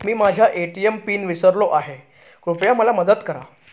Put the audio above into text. मी माझा ATM pin विसरलो आहे, कृपया मला मदत करा